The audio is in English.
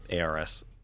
ARS